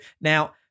Now